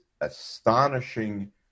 astonishing